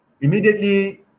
immediately